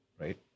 right